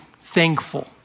thankful